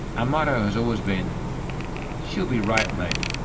our motto has always been she'll be right mate